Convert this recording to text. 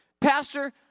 Pastor